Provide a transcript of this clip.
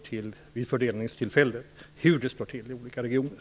Man får vid fördelningstillfället ta hänsyn till hur det står till i olika regioner.